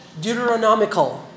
Deuteronomical